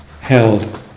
held